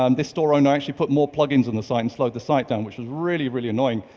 um this store owner actually put more plug-ins and the site and slowed the site down, which was really, really annoying,